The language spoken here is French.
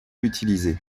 utilisées